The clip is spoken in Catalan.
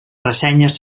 ressenyes